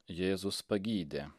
jėzus pagydė